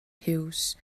huws